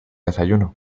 desayuno